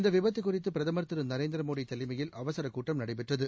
இந்த விபத்து குறித்து பிரதமர் திரு நரேந்திர மோடி தலைமையில் அவசர கூட்டம் நடைபெற்றது